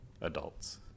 adults